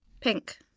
Pink